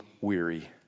weary